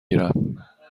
گیرم